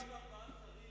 ממשלה של 24 שרים,